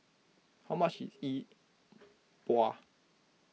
how much is E Bua